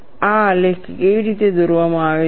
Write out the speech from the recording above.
આ આલેખ કેવી રીતે દોરવામાં આવે છે